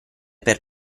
per